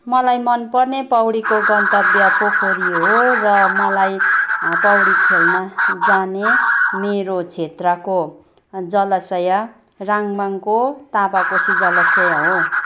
मलाई मन पर्ने पौडीको गन्तव्य पोखरी हो र मलाई पौडी खेल्न जाने मेरो क्षेत्रको जलाशय राङभाङको तामाकोशी जलाशय हो